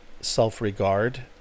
self-regard